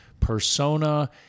persona